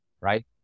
right